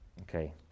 Okay